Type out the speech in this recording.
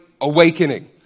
Awakening